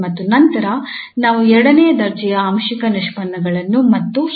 ಮತ್ತು ನಂತರ ನಾವು ಎರಡನೇ ದರ್ಜೆಯ ಆಂಶಿಕ ನಿಷ್ಪನ್ನಗಳನ್ನು ಮತ್ತು ಹೀಗೆ